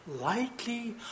lightly